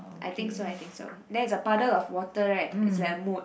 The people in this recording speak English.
I think so I think so there's a puddle of water right is like a mud